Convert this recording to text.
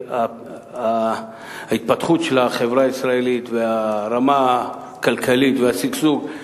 ההתפתחות של החברה הישראלית והרמה הכלכלית והשגשוג,